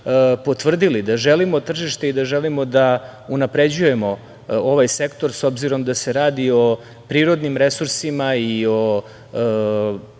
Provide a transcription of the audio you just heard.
potvrdili da želimo tržište da želimo da unapređujemo ovaj sektor, s obzirom da se radi o prirodnim resursima i o